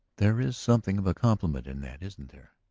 there is something of a compliment in that, isn't there?